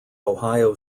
ohio